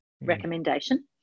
recommendation